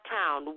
town